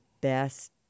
best